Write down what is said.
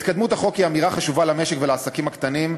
התקדמות החוק היא אמירה חשובה למשק ולעסקים הקטנים,